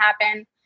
happen